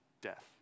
death